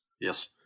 yes